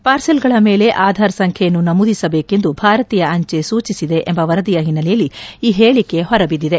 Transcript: ಪಾರ್ಸೆಲ್ಗಳ ಮೇಲೆ ಆಧಾರ್ ಸಂಚ್ಲೆನ್ನು ನಮೂದಿಸಬೇಕೆಂದು ಭಾರತೀಯ ಅಂಚೆ ಸೂಚಿಸಿದೆ ಎಂಬ ವರದಿಯ ಹಿನ್ನೆಲೆಯಲ್ಲಿ ಈ ಹೇಳಿಕೆ ಹೊರಬಿದ್ದಿದೆ